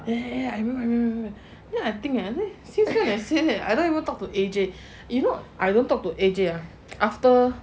ya ya I remember remember renenber then I think since when I say that I don't even talk to A_J you know I don't talk to A_J after